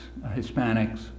Hispanics